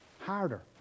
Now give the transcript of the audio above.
harder